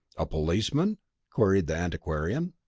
a policeman? queried the antiquarian.